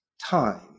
time